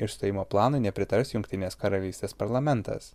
išstojimo planui nepritars jungtinės karalystės parlamentas